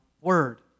word